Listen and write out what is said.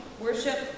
worship